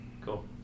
Cool